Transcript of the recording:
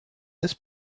this